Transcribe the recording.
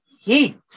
heat